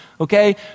Okay